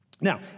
Now